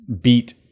beat